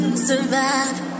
survive